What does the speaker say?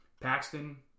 Paxton